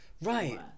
right